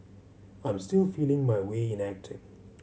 I'm still feeling my way in acting